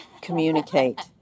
Communicate